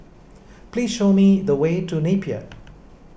please show me the way to Napier